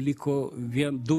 liko vien du